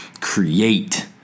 create